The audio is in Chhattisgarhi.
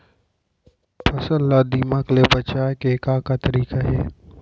फसल ला दीमक ले बचाये के का का तरीका हे?